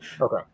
Okay